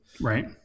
Right